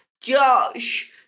Josh